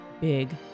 big